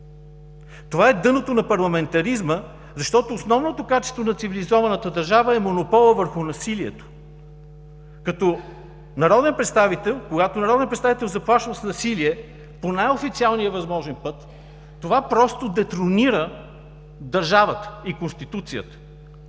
Това е дъното на парламентаризма, защото основното качество на цивилизованата държава е монополът върху насилието. Когато народен представител заплашва с насилие по най-официалния възможен път, това детронира държавата и конституцията,